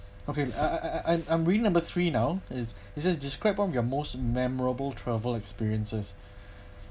okay I I I'm I'm reading number three now is is just described one of your most memorable travel experiences